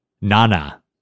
Nana